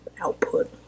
output